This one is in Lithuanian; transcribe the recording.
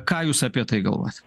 ką jūs apie tai galvojat